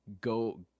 go